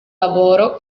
lavoro